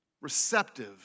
receptive